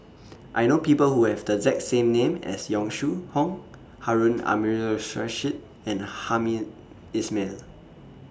I know People Who Have The exact same name as Yong Shu Hoong Harun Aminurrashid and Hamed Ismail